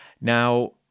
Now